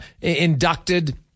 inducted